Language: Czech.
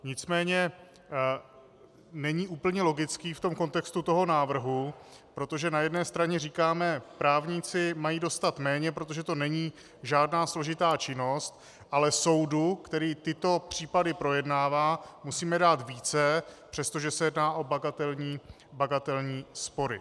Nicméně není úplně logický v kontextu toho návrhu, protože na jedné straně říkáme: právníci mají dostat méně, protože to není žádná složitá činnost, ale soudu, který tyto případy projednává, musíme dát více, přestože se jedná o bagatelní spory.